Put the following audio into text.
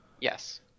Yes